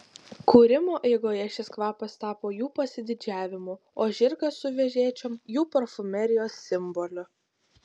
kūrimo eigoje šis kvapas tapo jų pasididžiavimu o žirgas su vežėčiom jų parfumerijos simboliu